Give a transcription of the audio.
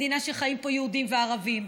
מדינה שחיים בה יהודים וערבים,